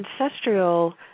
ancestral